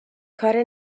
کار